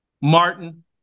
Martin